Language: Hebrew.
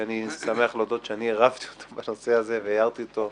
אני שמח להודות שאני עירבתי אותו בנושא הזה והערתי את תשומת ליבו.